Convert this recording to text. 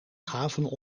gaven